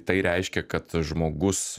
tai reiškia kad žmogus